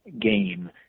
game